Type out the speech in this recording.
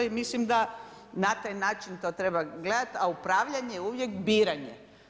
I mislim da na taj način to treba gledati, a upravljanje je uvijek biranje.